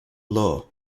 law